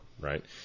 right